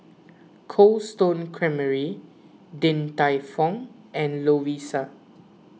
Cold Stone Creamery Din Tai Fung and Lovisa